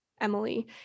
Emily